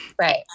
right